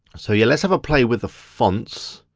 so yeah, let's have a play with the fonts.